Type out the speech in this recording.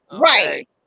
right